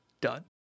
done